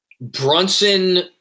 Brunson